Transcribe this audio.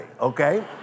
okay